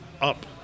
up